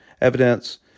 evidence